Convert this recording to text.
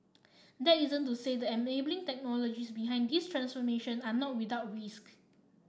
that isn't to say the enabling technologies behind this transformation are not without risk